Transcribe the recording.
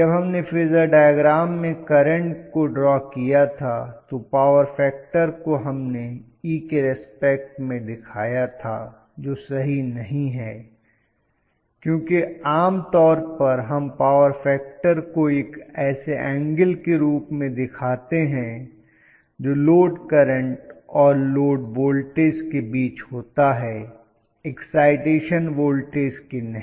जब हमने phasor diagram में करंट को ड्रॉ किया था तो पॉवर फैक्टर को हमने E के रिस्पेक्ट में दिखाया था जो सही नहीं है क्योंकि आम तौर पर हम पावर फैक्टर को एक ऐसे एंगल के रूप में दिखाते हैं जो लोड करंट और लोड वोल्टेज के बीच होता है एक्साइटेशन वोल्टेज के नहीं